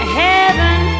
heaven